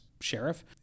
sheriff